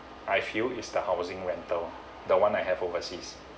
I feel is the housing rental the one I have overseas